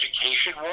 education